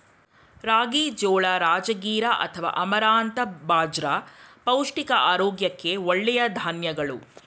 ರಾಗಿ, ಜೋಳ, ರಾಜಗಿರಾ ಅಥವಾ ಅಮರಂಥ ಬಾಜ್ರ ಪೌಷ್ಟಿಕ ಆರೋಗ್ಯಕ್ಕೆ ಒಳ್ಳೆಯ ಧಾನ್ಯಗಳು